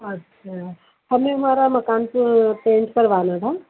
अच्छा हमें हमारे मकान को पैंट करवाना था